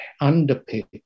underpaid